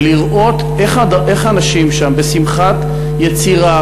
ולראות את האנשים שם בשמחת יצירה,